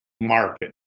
market